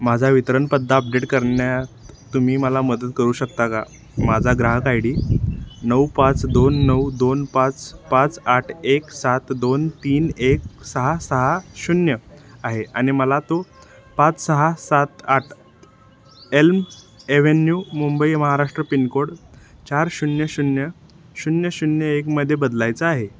माझा वितरण पत्ता अपडेट करण्यात तुम्ही मला मदत करू शकता का माझा ग्राहक आय डी नऊ पाच दोन नऊ दोन पाच पाच आठ एक सात दोन तीन एक सहा सहा शून्य आहे आणि मला तो पाच सहा सात आठ Elm Avenue Mumbai Maharashtra pin code चार शून्य शून्य शून्य शून्य एकमध्ये बदलायचा आहे